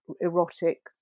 erotic